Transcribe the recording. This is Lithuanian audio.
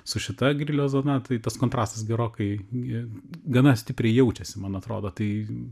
su šita grilio zona tai tas kontrastas gerokai gi gana stipriai jaučiasi man atrodo tai